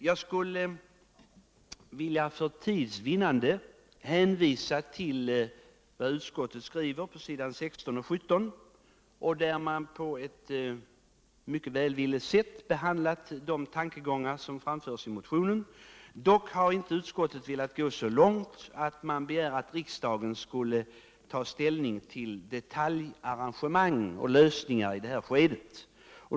För tids vinnande vill jag hänvisa till vad utskottet skriver på s. 16 och 17, där utskottet på ett mycket välvilligt sätt behandlar de tankegångar som framförs i motionen. Utskottet har dock inte velat gå så långt som till att begära att riksdagen skall ta ställning till detaljarrangemang och lösningar redan i det här skedet.